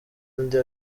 andi